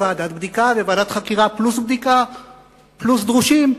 וועדת בדיקה, וועדת חקירה פלוס בדיקה פלוס דרושים,